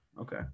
Okay